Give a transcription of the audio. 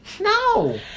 No